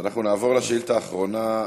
אז אנחנו נעבור לשאילתה האחרונה,